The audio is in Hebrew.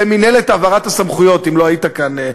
למינהלת העברת הסמכויות אם לא היית כאן,